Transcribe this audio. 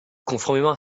conformément